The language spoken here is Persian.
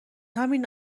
همین